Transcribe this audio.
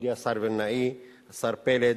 מכובדי השר וילנאי, השר פלד,